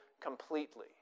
completely